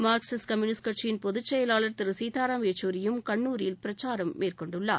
Marxist communist பொதுச் செயலாளர் திரு சீதாராம் யெச்சூரியும் கன்னூரில் பிரச்சாரம் மேற்கொண்டுள்ளார்